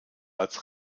als